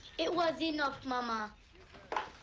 it wasn't enough, momma.